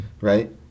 right